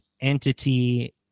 entity